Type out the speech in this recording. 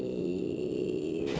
err